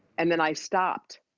and then i stopped,